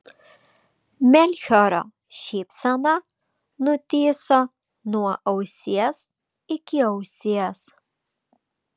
melchioro šypsena nutįso nuo ausies iki ausies